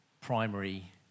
primary